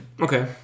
Okay